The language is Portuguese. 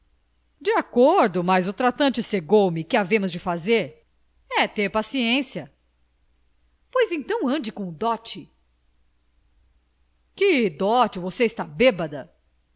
de acordo mas o tratante cegou me que havemos de fazer é ter paciência pois então ande com o dote que dote você está bêbeda